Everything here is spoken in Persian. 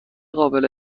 قابل